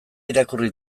irakurri